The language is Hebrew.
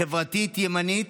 חברתית, ימנית,